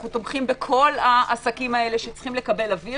אנחנו תומכים בכל העסקים האלה שצריכים לקבל אוויר